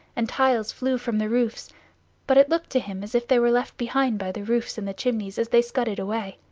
and tiles flew from the roofs but it looked to him as if they were left behind by the roofs and the chimneys as they scudded away.